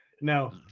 No